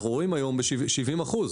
אנחנו רואים היום 70 אחוזים.